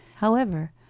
however,